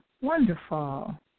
Wonderful